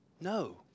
No